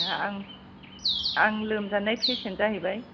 आं आं लोमजानाय पेसेन्ट जाहैबाय